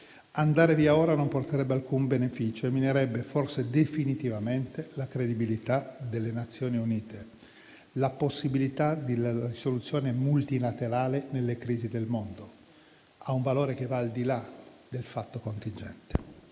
Andare via ora non porterebbe alcun beneficio e minerebbe forse definitivamente la credibilità delle Nazioni Unite. La possibilità della soluzione multilaterale nelle crisi del mondo ha un valore che va al di là del fatto contingente.